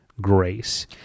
grace